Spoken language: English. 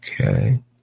Okay